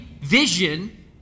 vision